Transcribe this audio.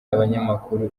abanyamakuru